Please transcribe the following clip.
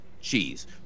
cheese